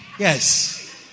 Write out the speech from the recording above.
Yes